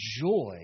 joy